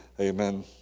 Amen